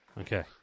Okay